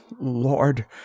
Lord